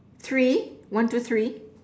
three one two three